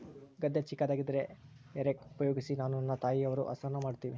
ಗದ್ದೆ ಚಿಕ್ಕದಾಗಿದ್ದರೆ hay rake ಉಪಯೋಗಿಸಿ ನಾನು ನನ್ನ ತಾಯಿಯವರು ಹಸನ ಮಾಡುತ್ತಿವಿ